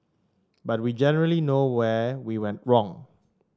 but we generally know where we went wrong